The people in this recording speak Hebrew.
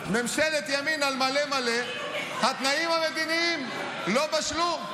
ממשלת ימין על מלא מלא, התנאים המדיניים לא בשלו.